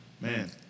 man